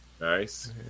Nice